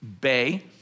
bay